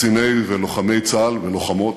קציני ולוחמי צה"ל, ולוחמות,